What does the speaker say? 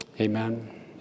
amen